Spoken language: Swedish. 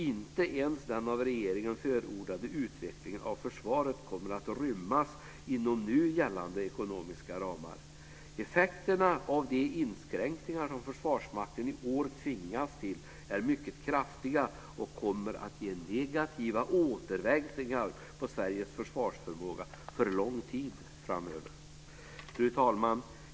Inte ens den av regeringen förordade utvecklingen av försvaret kommer att rymmas inom nu gällande ekonomiska ramar. Effekterna av de inskränkningar som Försvarsmakten i år tvingats till är mycket kraftiga och kommer att ge negativa återverkningar på Sveriges försvarsförmåga för lång tid framöver. Fru talman!